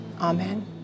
Amen